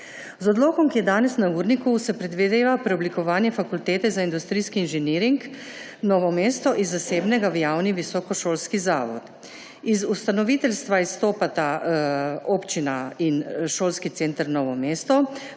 Z odlokom, ki je danes na urniku, se predvideva preoblikovanje Fakultete za industrijski inženiring Novo mesto iz zasebnega v javni visokošolski zavod. Iz ustanoviteljstva izstopata občina in Šolski center Novo mesto,